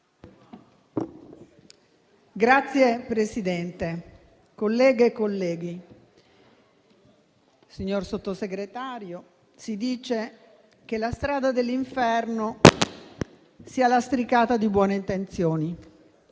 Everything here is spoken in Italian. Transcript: Signor Presidente, colleghe e colleghi, signor Sottosegretario, si dice che la strada dell'inferno sia lastricata di buone intenzioni.